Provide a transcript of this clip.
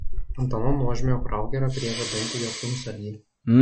ant ano nuožmiojo kraugerio griežia dantį jo kūnsargiai